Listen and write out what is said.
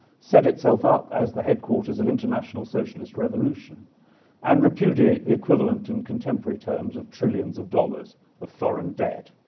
set itself up as the headquarters of international socialist revolution and repudiate the equivalent in contemporary terms of trillions of dollars of foreign debt.